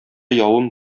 явым